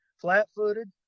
flat-footed